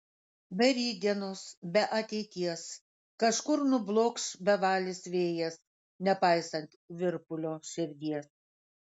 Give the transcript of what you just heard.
be rytdienos be ateities kažkur nublokš bevalis vėjas nepaisant virpulio širdies